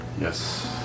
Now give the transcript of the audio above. Yes